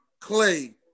Clay